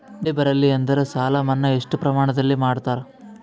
ಬೆಳಿ ಬರಲ್ಲಿ ಎಂದರ ಸಾಲ ಮನ್ನಾ ಎಷ್ಟು ಪ್ರಮಾಣದಲ್ಲಿ ಮಾಡತಾರ?